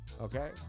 okay